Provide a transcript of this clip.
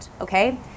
okay